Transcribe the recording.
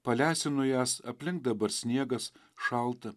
palesinu jas aplink dabar sniegas šalta